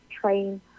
train